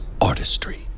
artistry